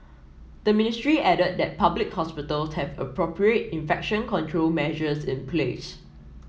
the ministry added that public hospitals have appropriate infection control measures in place